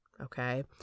okay